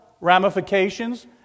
ramifications